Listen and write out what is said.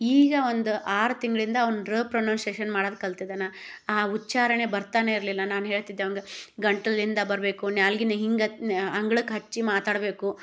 ಈಗ ಒಂದು ಆರು ತಿಂಗಳಿಂದ ಅವ್ನು ರ ಪ್ರೊನೌಸೇಷನ್ ಮಾಡದು ಕಲ್ತಿದ್ದಾನೆ ಆ ಉಚ್ಛಾರಣೆ ಬರ್ತಾನೇ ಇರಲಿಲ್ಲ ನಾನು ಹೇಳ್ತಿದ್ದೆ ಅವಂಗ ಗಂಟಲಿಂದ ಬರಬೇಕು ನ್ಯಾಲ್ಗಿನ ಹಿಂಗೆ ಅಂಗ್ಳಕ್ಕೆ ಹಚ್ಚಿ ಮಾತಾಡಬೇಕು